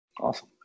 awesome